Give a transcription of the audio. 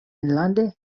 enlande